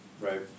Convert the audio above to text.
Right